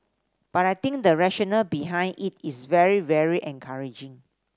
but I think the rationale behind it is very very encouraging